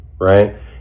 right